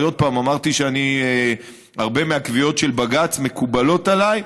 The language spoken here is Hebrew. אמרתי שהרבה מהקביעות של בג"ץ מקובלות עליי.